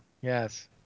Yes